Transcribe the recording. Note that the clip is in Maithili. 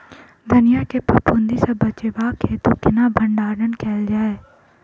धनिया केँ फफूंदी सऽ बचेबाक हेतु केना भण्डारण कैल जाए?